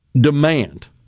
demand